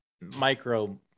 micro-